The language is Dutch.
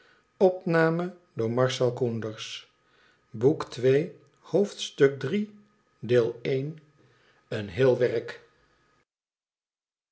een heel werk